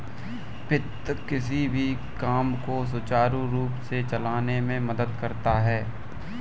वित्त किसी भी काम को सुचारू रूप से चलाने में मदद करता है